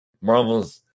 marvel's